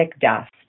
dust